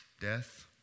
Death